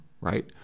right